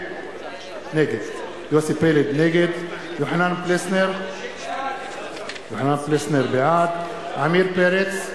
נגד יוחנן פלסנר, בעד עמיר פרץ,